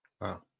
Wow